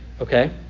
okay